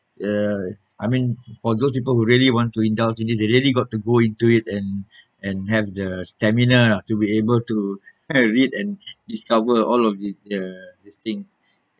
ya I mean although people who really want to indulge in it they really got to go into it and and have the stamina to be able to kind of read and discover all of these this things